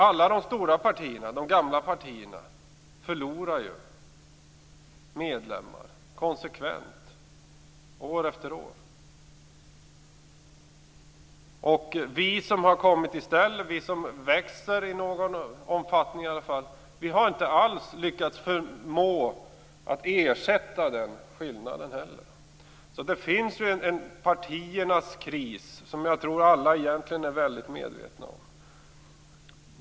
Alla de stora partierna, de gamla partierna, förlorar ju medlemmar konsekvent, år efter år. Vi som har kommit i stället, vi som växer - i någon omfattning i alla fall - har inte alls lyckats förmå ersätta denna skillnad. Det finns alltså en partiernas kris. Det tror jag egentligen att alla är väldigt medvetna om.